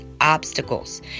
obstacles